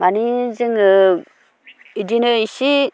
मानि जोङो इदिनो एसे